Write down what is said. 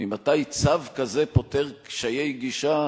ממתי צו כזה פותר קשיי גישה?